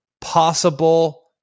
possible